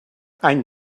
any